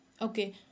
Okay